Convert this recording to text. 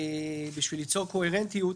בשביל ליצור קוהרנטיות,